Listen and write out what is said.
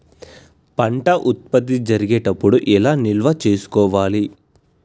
పంట ఉత్పత్తి జరిగేటప్పుడు ఎలా నిల్వ చేసుకోవాలి?